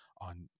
on